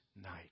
night